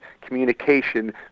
communication